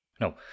No